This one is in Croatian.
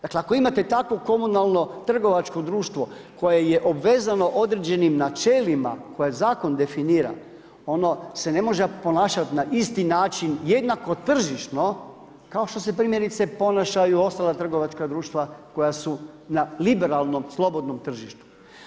Dakle, ako imate takvo komunalno trgovačko društvo koje je obvezano određenim načelima koje zakon definira ono se ne može ponašati na isti način jednako tržišno kao što se primjerice ponašaju i ostala trgovačka društva koja su na liberalnom slobodnom tržištu.